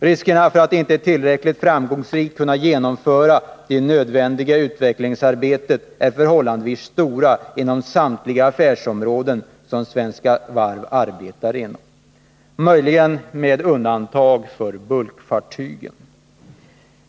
Riskerna för att inte tillräckligt framgångsrikt kunna genomföra det nödvändiga utvecklingsarbetet är förhållandevis stora inom samtliga affärsområden som Svenska Varv arbetar inom, möjligen med undantag för bulkfartygen.